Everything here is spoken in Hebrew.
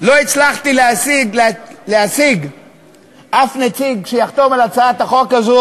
לא הצלחתי להשיג אף נציג שיחתום על הצעת החוק הזו.